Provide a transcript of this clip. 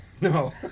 No